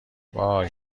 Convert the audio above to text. وای